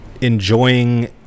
enjoying